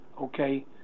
okay